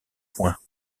points